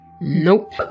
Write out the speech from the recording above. Nope